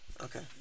Okay